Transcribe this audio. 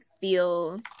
feel